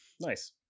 nice